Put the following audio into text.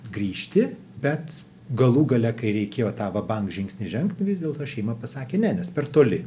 grįžti bet galų gale kai reikėjo tą va bank žingsnį žengti vis dėlto šeima pasakė ne nes per toli